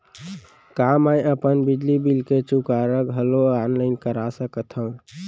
का मैं अपन बिजली बिल के चुकारा घलो ऑनलाइन करा सकथव?